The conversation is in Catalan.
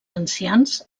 ancians